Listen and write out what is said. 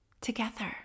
together